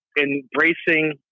embracing